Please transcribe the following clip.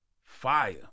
Fire